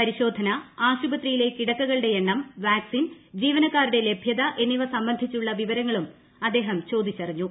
പരിശോധന ആശുപത്രിയിലെ കിടക്കകളുടെ എണ്ണം വാക്സിൻ ജീവനക്കാരുടെ ലഭൃത എന്നിവ സംബന്ധിച്ചുള്ള വിവരങ്ങളും അദ്ദേഹം ചോദിച്ചറിഞ്ഞു